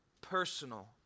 personal